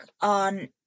on